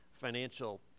financial